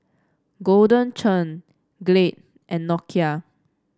Golden Churn Glade and Nokia